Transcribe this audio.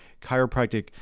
Chiropractic